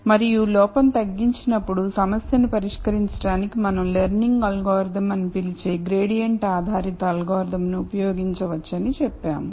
మరియు లోపాన్ని తగ్గించినప్పుడు సమస్యను పరిష్కరించడానికి మనం లెర్నింగ్ అల్గోరిథం అని పిలిచే గ్రేడియంట్ ఆధారిత అల్గారిథమ్ను ఉపయోగించవచ్చని చెప్పాము